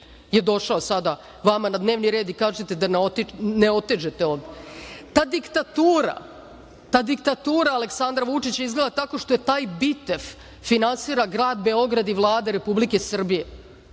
je došao sada vama na dnevni red i kažete da ne otežete onda. Ta diktatura Aleksandra Vučića izgleda tako što je taj Bitef finansira grad Beograd i Vlada Republike Srbije.I